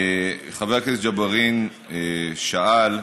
חבר הכנסת ג'בארין שאל,